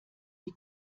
die